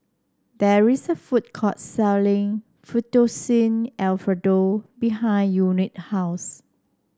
there is a food court selling Fettuccine Alfredo behind Unique house